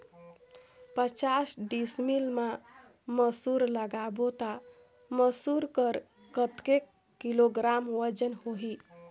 पचास डिसमिल मा मसुर लगाबो ता मसुर कर कतेक किलोग्राम वजन होही?